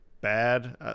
bad